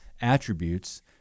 attributes